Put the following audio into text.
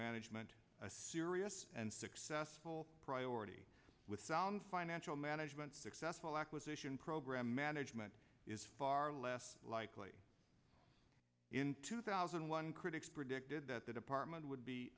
management a serious and successful priority with sound financial management successful acquisition program management is far less likely in two thousand and one critics predicted that the department would be